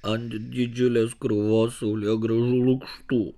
ant didžiulės krūvos saulėgrąžų lukštų